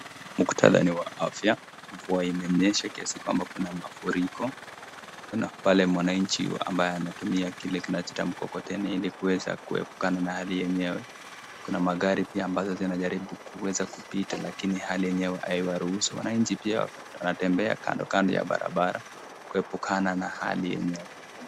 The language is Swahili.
Muktadha ni wa afya, mvua imenyesha kiasi kwamba kuna mafuriko, kuna pale mwanachi ambaye anayetumia kile kinachoitwa mkokoteni ili kuweza kuepukana na hali yenyewe, kuna magari pia ambazo zinajaribu kuweza kupita lakini hali yenyewe haiwaruhusu, wananchi pia wanatembea kandokando ya barabara kuepukana na hali yenyewe.